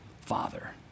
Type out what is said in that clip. Father